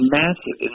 massive